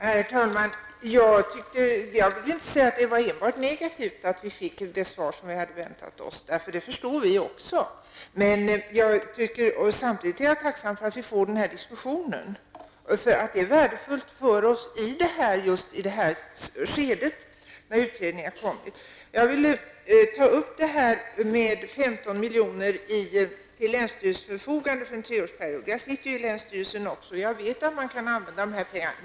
Herr talman! Jag vill inte säga att det var enbart negativt att vi fick det svar som vi hade väntat oss. Vi förstår det. Jag är samtidigt tacksam för att vi får denna diskussion. Det är värdefullt för oss i detta skede när utredningen har kommit. Jag vill ta upp de 15 miljoner som skall stå till länsstyrelsens förfogande för en treårsperiod. Jag sitter i länsstyrelsen, och jag vet att man kan använda dessa pengar.